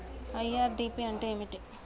IRDP అంటే ఏమిటి?